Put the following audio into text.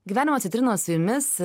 gyvenimą citrinos su jumis